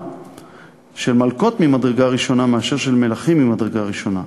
של מלכות ממדרגה ראשונה מאשר של מלכים ממדרגה ראשונה,